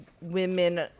women